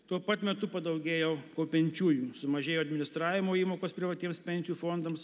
tuo pat metu padaugėjo kaupiančiųjų sumažėjo administravimo įmokos privatiems pensijų fondams